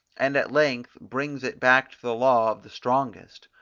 and at length brings it back to the law of the strongest,